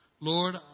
Lord